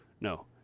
no